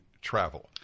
travel